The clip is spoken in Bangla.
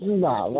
ই বাবা